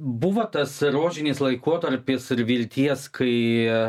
buvo tas rožinis laikotarpis ir vilties kai